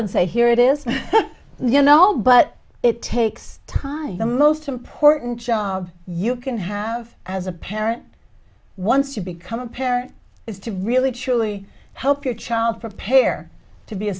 and say here it is you know but it takes time the most important job you can have as a parent once you become a parent is to really truly help your child prepare to be a